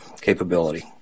capability